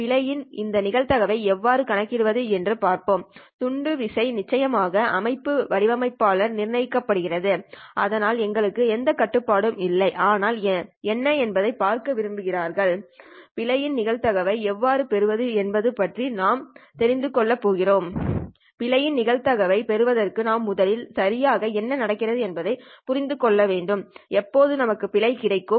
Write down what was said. பிழையின் இந்த நிகழ்தகவை எவ்வாறு கணக்கிடுவது என்று பார்ப்போம் துண்டு வீதம் நிச்சயமாக அமைப்பு வடிவமைப்பாளரால் நிர்ணயிக்கப்படுகிறது அதனால் எங்களுக்கு எந்த கட்டுப்பாடும் இல்லை ஆனால் என்ன என்பதைப் பார்க்க விரும்புகிறோம் பிழையின் நிகழ்தகவை எவ்வாறு பெறுவது என்பது பற்றி மேலும் நாம் தெரிந்து கொள்ள போகிறோம் பிழையின் நிகழ்தகவை பெறுவதற்கு நாம் முதலில் சரியாக என்ன நடக்கிறது என்பதைப் புரிந்து கொள்ள வேண்டும் எப்போது நமக்கு பிழை கிடைக்கும்